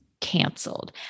canceled